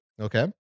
Okay